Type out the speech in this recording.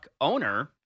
owner